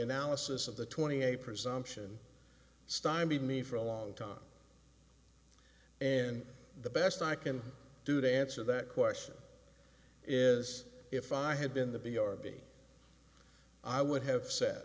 analysis of the twenty a presumption stymied me for a long time and the best i can do to answer that question is if i had been the b or b i would have said